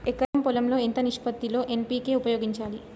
ఎకరం పొలం లో ఎంత నిష్పత్తి లో ఎన్.పీ.కే ఉపయోగించాలి?